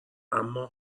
اما